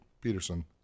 Peterson